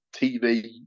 TV